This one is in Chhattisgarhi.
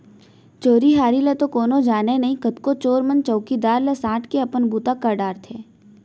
चोरी हारी ल तो कोनो जाने नई, कतको चोर मन चउकीदार ला सांट के अपन बूता कर डारथें